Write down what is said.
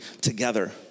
together